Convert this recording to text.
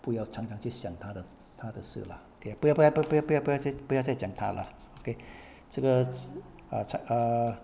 不要常常去想她的她的事啦 okay 不要不要不要不要再讲她啦 okay 这个这 ah 差 err